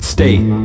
State